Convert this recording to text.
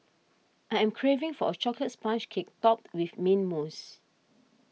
I am craving for a Chocolate Sponge Cake Topped with Mint Mousse